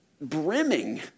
brimming